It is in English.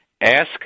ask